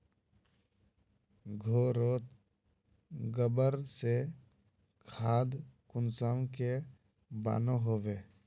घोरोत गबर से खाद कुंसम के बनो होबे?